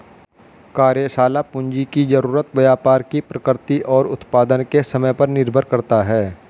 कार्यशाला पूंजी की जरूरत व्यापार की प्रकृति और उत्पादन के समय पर निर्भर करता है